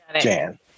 Jan